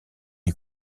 les